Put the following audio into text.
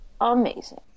amazing